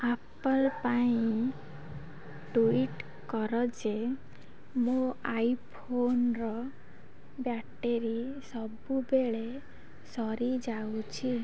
apple ପାଇଁ tweet କର ଯେ ମୋ ଆଇଫୋନ୍ର ବ୍ୟାଟେରୀ ସବୁବେଳେ ସରିଯାଉଛି